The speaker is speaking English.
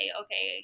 okay